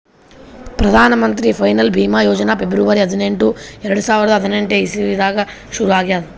Pradhan Mantri Fasal Bima Yojana February ಹದಿನೆಂಟು, ಎರಡು ಸಾವಿರದಾ ಹದಿನೆಂಟನೇ ಇಸವಿದಾಗ್ ಶುರು ಆಗ್ಯಾದ್